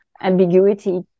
ambiguity